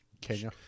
Kenya